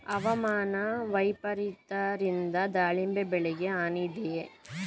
ಹವಾಮಾನ ವೈಪರಿತ್ಯದಿಂದ ದಾಳಿಂಬೆ ಬೆಳೆಗೆ ಹಾನಿ ಇದೆಯೇ?